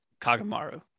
kagamaru